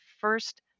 first